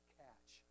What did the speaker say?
catch